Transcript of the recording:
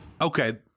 Okay